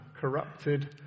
corrupted